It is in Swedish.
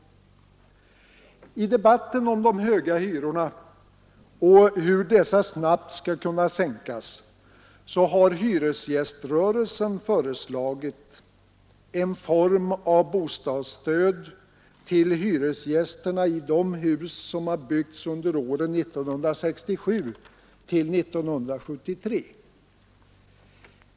I debatten om de höga hyrorna och om hur dessa snabbt skall kunna sänkas har hyresgäströrelsen föreslagit en form av bostadsstöd till hyresgästerna i de hus som byggts under åren 1967—1973.